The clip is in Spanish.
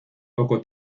poco